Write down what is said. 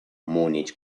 múnich